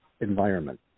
Environment